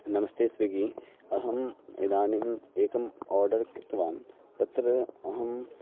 नमस्ते स्विग्गि अहम् इदानीम् एकम् आर्डर् कृत्वान् तत्र अहम्